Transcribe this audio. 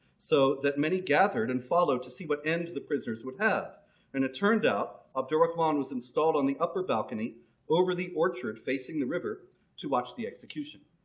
so that many gathered and follow to see what end the prisoners would have and it turned out abdul rahman was installed on the upper balcony over the orchard facing the river to watch the execution.